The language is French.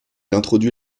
introduit